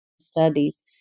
studies